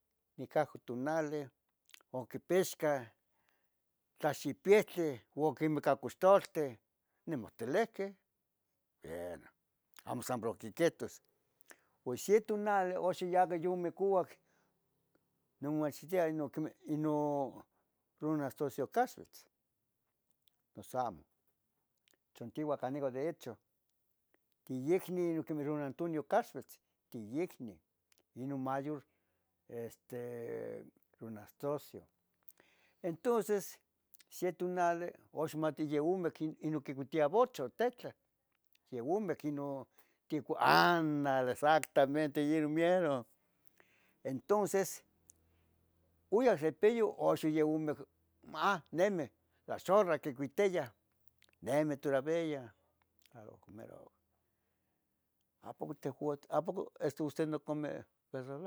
nicahju tunali oquipixqueh tlaxipihtli oquimicacoxtoltih nimotelehqueh, bueno amo san prohqui quihtos. pos xe tunali oxiyahca yume cuac, nomomactiah ino quemeh ino Ronastrocio Caxvitz, noso amo chantiua can nican derecho tiyicni quemeh don Antonio Caxvitz, tiyicni inon mayor este don Anastacio. Entonces, se tunali ox mati yeh omic inon quicuitia vocho tetlah, yeh omic inon ti, andale exactamente yenon mero. Entonces, oyah xepeyo oxon ya ome ah nemi, la zorra quecuiteyah, nemi todavia, ah ohcon mero, apoco tehua, apoco este usted no come ver